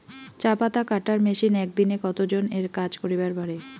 চা পাতা কাটার মেশিন এক দিনে কতজন এর কাজ করিবার পারে?